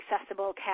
accessible